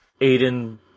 Aiden